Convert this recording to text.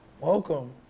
Welcome